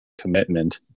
commitment